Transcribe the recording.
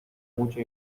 mucho